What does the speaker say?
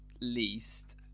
least